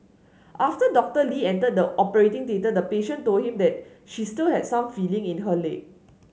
after Doctor Lee entered the operating theatre the patient told him that she still had some feeling in her leg